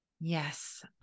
yes